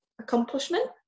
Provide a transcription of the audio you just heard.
accomplishment